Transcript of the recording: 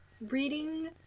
Reading